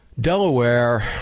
Delaware